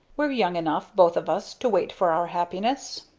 we're young enough, both of us, to wait for our happiness.